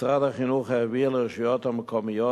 משרד החינוך העביר לרשויות המקומיות